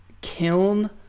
kiln